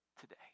today